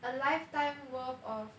a lifetime worth of